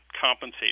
compensate